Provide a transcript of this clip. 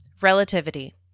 Relativity